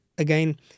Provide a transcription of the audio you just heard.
Again